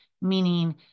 meaning